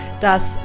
dass